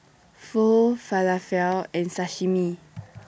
Pho Falafel and Sashimi